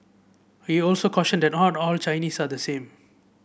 he also cautioned that not all Chinese are the same